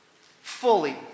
fully